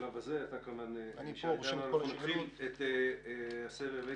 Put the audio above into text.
אנחנו ממשיכים את הסבב.